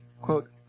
Quote